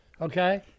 okay